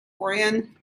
orion